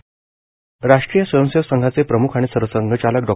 शस्त्रपूजन राष्ट्रीय स्वयंसेवक संघाचे प्रमुख आणि सरसंघचालक डॉ